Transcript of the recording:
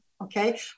okay